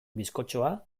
bizkotxoa